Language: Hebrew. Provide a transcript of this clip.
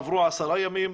עברו עשרה ימים.